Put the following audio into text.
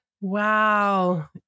Wow